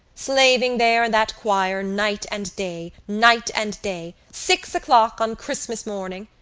slaving there in that choir night and day, night and day. six o'clock on christmas morning!